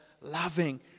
loving